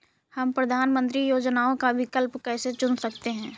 हम प्रधानमंत्री योजनाओं का विकल्प कैसे चुन सकते हैं?